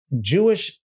Jewish